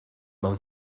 mewn